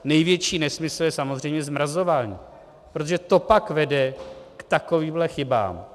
Největší nesmysl je samozřejmě zmrazování, protože to pak vede k takovýmhle chybám.